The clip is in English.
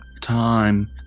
time